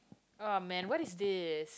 uh man what is this